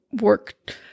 work